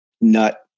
nut